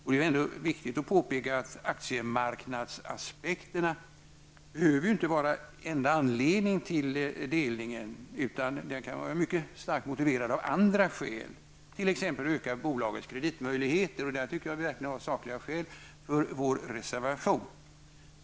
Det är ju ändå viktigt att påpeka att aktiemarknadsaspekterna inte behöver vara den enda anledningen till delningen. Den kan vara starkt motiverad av andra skäl; t.ex. att öka bolagens kreditmöjligheter. Där har vi verkligen sakliga skäl för vår reservation.